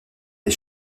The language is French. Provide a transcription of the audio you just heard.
des